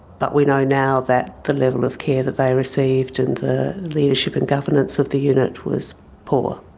but we know now that the level of care that they received and the leadership and governance of the unit was poor.